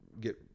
get –